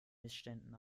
missständen